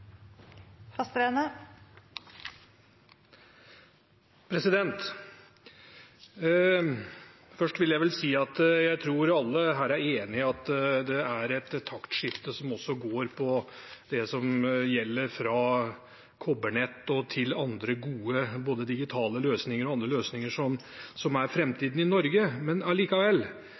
enige om at det er et taktskifte som også går på det som gjelder overgangen fra kobbernett til andre gode digitale løsninger, og andre løsninger, som er framtiden i Norge.